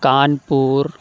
Kanpur